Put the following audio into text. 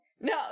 No